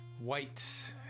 Whites